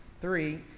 Three